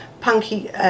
punky